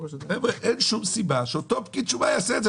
חבר'ה, אין שום סיבה שאותו פקיד שומה יעשה את זה.